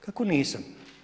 Kako nisam?